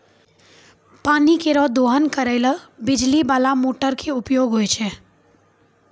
पानी केरो दोहन करै ल बिजली बाला मोटर क उपयोग होय छै